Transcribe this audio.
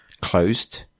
closed